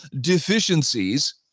deficiencies